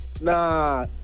Nah